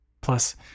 Plus